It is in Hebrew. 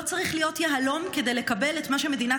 לא צריך להיות יהלום כדי לקבל את מה שמדינת